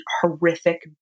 horrific